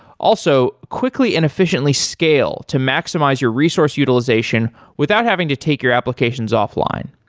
also, quickly and efficiently scale to maximize your resource utilization without having to take your applications offline.